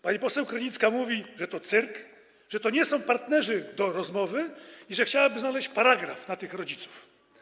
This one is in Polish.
Pani poseł Krynicka mówi, że to cyrk, że to nie są partnerzy do rozmowy i że chciałaby znaleźć paragraf na tych rodziców.